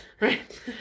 Right